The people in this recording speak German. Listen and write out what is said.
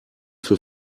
für